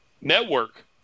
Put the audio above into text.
network